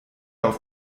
auf